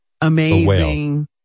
amazing